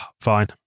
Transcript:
fine